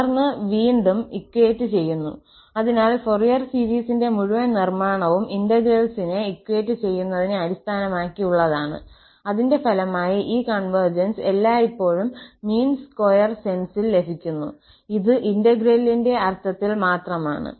തുടർന്ന് വീണ്ടും ഇക്വയറ്റ് ചെയ്യുന്നു അതിനാൽ ഫൊറിയർ സീരീസിന്റെ മുഴുവൻ നിർമ്മാണവും ഇന്റഗ്രൽസിനെ ഇക്വയറ്റ് ചെയ്യുന്നതിനെ അടിസ്ഥാനമാക്കിയുള്ളതാണ് അതിന്റെ ഫലമായി ഈ കൺവെർജൻസ് എല്ലായ്പ്പോഴും മീൻ സ്ക്വയർ സെൻസിൽ ലഭിക്കുന്നു ഇത് ഇന്റെഗ്രേലിന്റെ അർത്ഥത്തിൽ മാത്രമാണ്